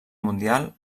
mundial